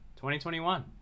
2021